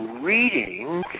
reading